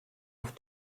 auf